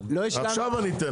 עכשיו אני אתן,